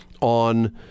on